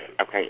okay